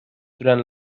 durant